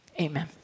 Amen